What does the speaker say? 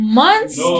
month's